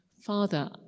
Father